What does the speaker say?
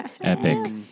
Epic